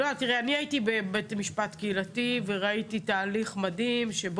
הייתי בבית משפט קהילתי וראיתי תהליך מדהים.